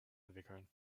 entwickeln